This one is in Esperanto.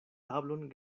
tablon